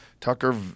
Tucker